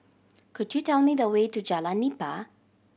could you tell me the way to Jalan Nipah